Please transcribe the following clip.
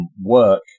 work